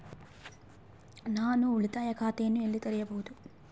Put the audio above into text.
ನಾನು ಉಳಿತಾಯ ಖಾತೆಯನ್ನು ಎಲ್ಲಿ ತೆರೆಯಬಹುದು?